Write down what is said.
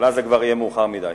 אבל אז זה כבר יהיה מאוחר מדי.